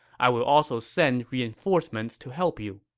i'll also send reinforcements to help you.